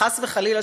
חס וחלילה,